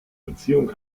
beziehung